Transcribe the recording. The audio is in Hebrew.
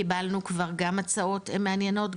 קיבלנו כבר גם הצעות מעניינות,